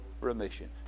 remission